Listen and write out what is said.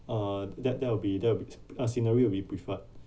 uh that that will be that will be uh scenery will be preferred